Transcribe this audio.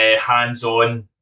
hands-on